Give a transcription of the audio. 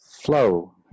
flow